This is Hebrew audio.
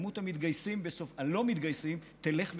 מספר הלא-מתגייסים ילך ויעלה,